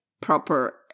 proper